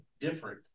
different